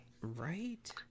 Right